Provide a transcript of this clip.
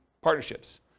partnerships